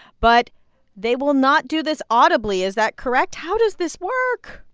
but they will not do this audibly. is that correct? how does this work?